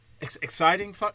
Exciting